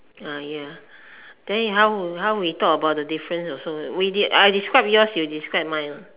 ah ya then how we how we talk about the difference also we de~ I describe yours you describe mine